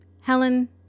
Helen